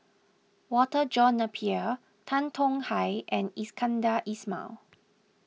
Walter John Napier Tan Tong Hye and Iskandar Ismail